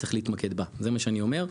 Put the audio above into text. צריך להתמקד בה, זה מה שאני אומר.